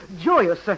joyous